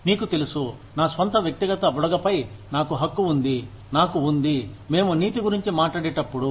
మీకు తెలుసు నా స్వంత వ్యక్తిగత బుడగపై నాకు హక్కు ఉంది నాకు ఉంది మేము నీతి గురించి మాట్లాడేటప్పుడు